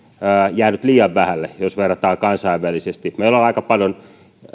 jäänyt liian vähälle jos verrataan kansainvälisesti meillä on aika paljon